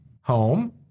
home